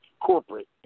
corporate